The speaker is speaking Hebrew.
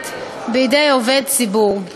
מבוצעת בידי עובד ציבור.